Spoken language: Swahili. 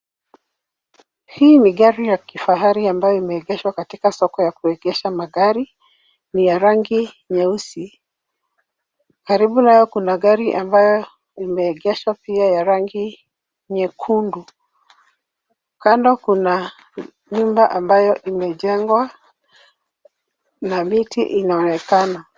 Hii ni gari ya kifahari ambayo imeegeshwa katika soko ya kuegesha magari. Ni ya rangi nyeusi. Karibu nayo kuna gari ambayo imeegeshwa pia ya rangi nyekundu. Kando kuna nyumba ambayo imejengwa na miti inaonekana.